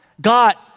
God